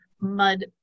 mud